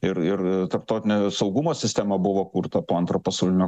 ir ir tarptautinio saugumo sistema buvo kurta po antro pasaulinio